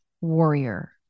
warrior